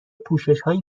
پوششهای